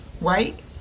Right